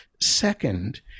Second